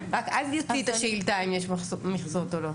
רק אז יוציא את השאילתה האם יש מכסות או לא.